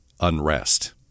unrest